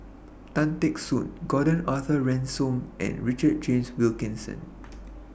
Tan Teck Soon Gordon Arthur Ransome and Richard James Wilkinson